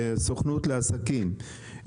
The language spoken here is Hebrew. סוכנות לעסקים,